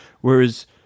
whereas